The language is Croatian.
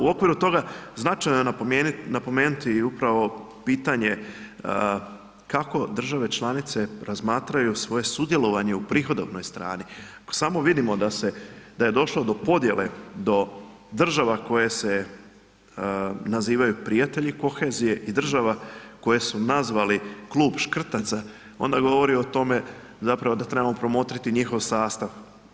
U okviru toga značajno je napomenuti upravo pitanje kako države članice razmatraju svoje sudjelovanje u prihodovnoj strani, ako samo vidimo da je došlo do podjele, do država koje se nazivaju prijatelji kohezije i država koje su nazvali klub škrtaca onda govori o tome da trebamo promotriti njihov sastav.